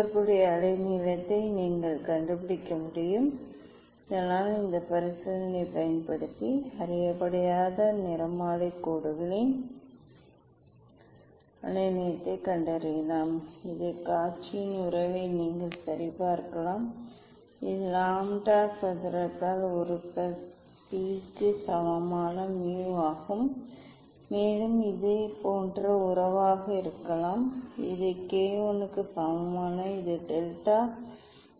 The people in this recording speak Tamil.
தொடர்புடைய அலைநீளத்தை நீங்கள் கண்டுபிடிக்க முடியும் இதனால் இந்த பரிசோதனையைப் பயன்படுத்தி அறியப்படாத நிறமாலை கோடுகளின் அலைநீளத்தைக் கண்டறியலாம் இது காச்சியின் உறவை நீங்கள் சரிபார்க்கலாம் இது லாம்ப்டா சதுரத்தால் ஒரு பிளஸ் பி க்கு சமமான mu ஆகும் மேலும் இது இதேபோன்ற உறவாகவும் இருக்கலாம் இது K 1 க்கு சமமான இந்த டெல்டா